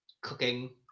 cooking